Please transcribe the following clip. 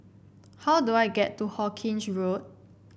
how do I get to Hawkinge Road